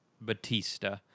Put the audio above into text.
batista